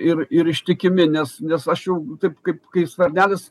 ir ir ištikimi nes nes aš jau taip kaip kaip skvernelis